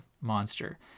monster